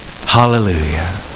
hallelujah